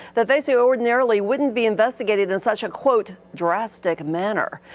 that they say ordinarily wouldn't be investigated in such a, quote, drastic manner.